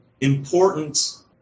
important